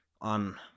on